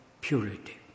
purity